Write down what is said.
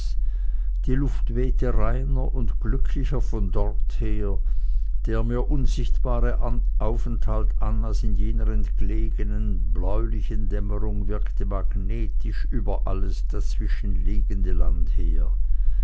die luft wehte reiner und glücklicher von dorther der mir unsichtbare aufenthalt annas in jener entlegenen bläulichen dämmerung wirkte magnetisch über alles dazwischenliegende land her